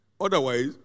Otherwise